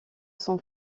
son